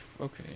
okay